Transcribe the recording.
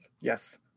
yes